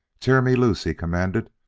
tear me loose! he commanded,